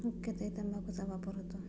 हुक्क्यातही तंबाखूचा वापर होतो